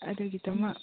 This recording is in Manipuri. ꯑꯗꯨꯒꯤꯗꯃꯛ